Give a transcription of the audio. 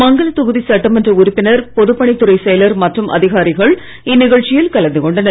மங்கல தொகுதி சட்டமன்ற உறுப்பினர் பொதுப்பணித்துறை செயலர் மற்றும் அதிகாரிகள் இந்நிகழ்ச்சியில் கலந்து கொண்டனர்